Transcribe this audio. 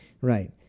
Right